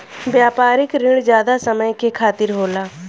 व्यापारिक रिण जादा समय के खातिर होला